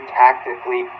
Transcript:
tactically